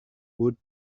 wood